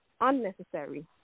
unnecessary